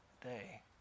day